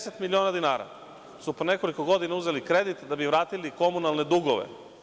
Pedeset miliona dinara su pre nekoliko godina uzeli kredit da bi vratili komunalne dugove.